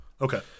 Okay